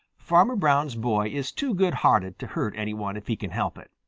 farmer brown's boy is too good-hearted to hurt any one if he can help it.